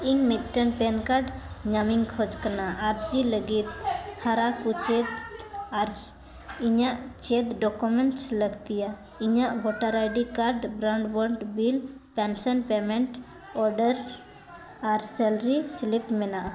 ᱤᱧ ᱢᱤᱫᱴᱮᱱ PAN card ᱧᱟᱢᱤᱧ ᱠᱷᱚᱡᱽ ᱠᱟᱱᱟ ᱟᱨᱡᱤ ᱞᱟᱹᱜᱤᱫ ᱦᱟᱨᱟ ᱠᱩᱪᱮᱫ ᱟᱨ ᱤᱧᱟᱹᱜ ᱪᱮᱫ ᱰᱚᱠᱳᱢᱮᱱᱴᱥ ᱞᱟᱹᱠᱛᱤᱭᱟ ᱤᱧᱟᱹᱜ ᱵᱷᱳᱴᱟᱨ ᱟᱭᱰᱤ ᱠᱟᱨᱰ ᱵᱨᱟᱱᱰ ᱵᱨᱚᱰ ᱵᱤᱞ ᱯᱮᱱᱥᱚᱱ ᱯᱮᱹᱢᱮᱹᱱᱴ ᱚᱰᱟᱨ ᱟᱨ ᱥᱮᱞᱟᱨᱤ ᱥᱮᱞᱮᱫ ᱢᱮᱱᱟᱜᱼᱟ